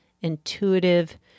intuitive